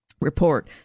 report